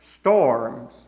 storms